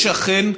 אכן,